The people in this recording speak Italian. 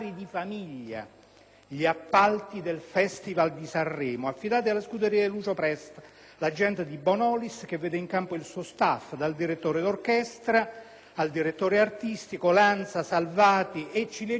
gli appalti del Festival di Sanremo, affidati alla scuderia di Lucio Presta, l'agente di Bonolis, che vede in campo il suo *staff*, dal direttore d'orchestra al direttore artistico, dagli autori come Lanza e Salvati alla - ciliegina sulla torta